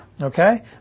Okay